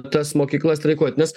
tas mokykla streikuot nes